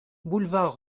boulevard